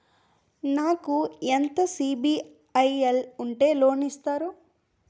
నాకు ఎంత సిబిఐఎల్ ఉంటే లోన్ ఇస్తారు?